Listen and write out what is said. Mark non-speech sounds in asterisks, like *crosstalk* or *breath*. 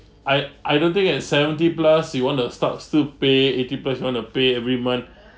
I I don't think at seventy plus you want to starts to pay eighty plus you want to pay every month *breath*